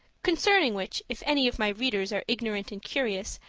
concerning which, if any of my readers are ignorant and curious,